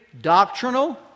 Doctrinal